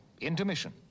Intermission